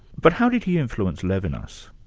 but how did he influence levinas?